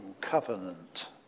covenant